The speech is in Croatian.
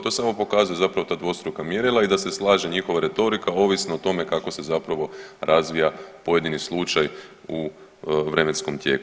To samo pokazuje zapravo ta dvostruka mjerila i da se slaže njihova retorika ovisno o tome kako se zapravo razvija pojedini slučaj u vremenskom tijeku.